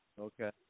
Okay